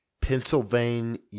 Pennsylvania